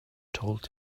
told